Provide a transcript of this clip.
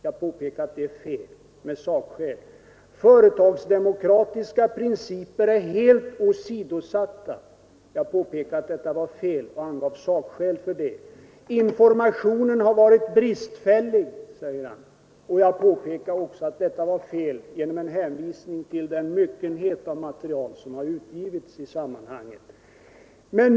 Jag har påpekat att det är fel, och jag har angett sakskäl. Han har sagt att företagsdemokratiska principer är helt åsidosatta. Jag påpekade att detta var fel och angav sakskäl för det. Informationen har varit bristfällig, sade han. Jag påpekade att också detta var fel genom en hänvisning till den myckenhet av material som utgivits i sammanhanget.